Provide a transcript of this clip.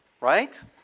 right